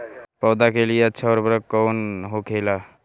पौधा के लिए अच्छा उर्वरक कउन होखेला?